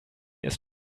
ist